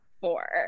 four